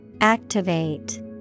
Activate